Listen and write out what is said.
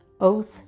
oath